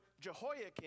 Jehoiakim